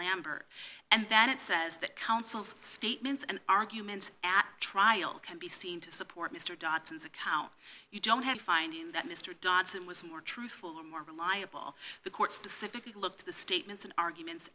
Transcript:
lambert and then it says that counsel's statements and arguments at trial can be seen to support mr dotson's account you don't have finding that mr dodson was more truthful or more reliable the court specifically looked the statements and argument